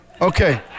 Okay